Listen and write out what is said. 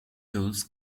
tools